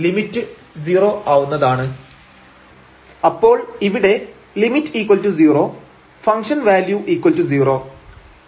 lim┬█x→0 y→0 ⁡ x32y3x2y2 lim┬r→ 0⁡r3cos3⁡θ2r3 sin3⁡θr2 0 f00 അപ്പോൾ ഇവിടെ limit 0 function value zero